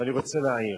אני רוצה להעיר.